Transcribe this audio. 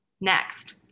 next